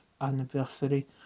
anniversary